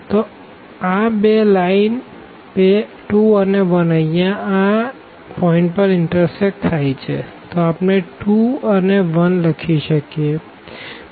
તો આ બે લાઈન 2 અને 1 અહિયાં આ પોઈન્ટ પર ઇનટરસેકટ થાય છે તો આપણે 2 અને 1 લખી શકીએ